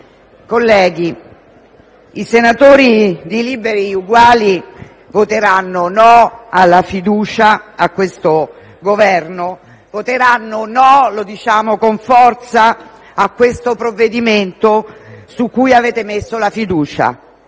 colleghi, i senatori di Liberi e Uguali voteranno no alla fiducia a questo Governo. Voteranno no, lo diciamo con forza, a questo provvedimento su cui avete posto la fiducia.